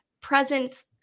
present